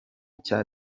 cya